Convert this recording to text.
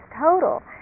total